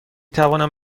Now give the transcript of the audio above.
توانم